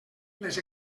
les